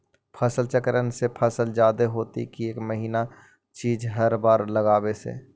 फसल चक्रन से फसल जादे होतै कि एक महिना चिज़ हर बार लगाने से?